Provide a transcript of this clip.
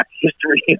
history